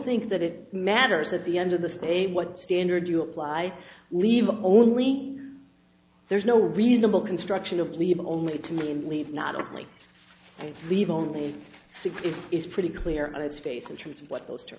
think that it matters at the end of the stay what standard you apply leave only there's no reasonable construction of leave only to me and leave not only the only six it is pretty clear on its face in terms of what those t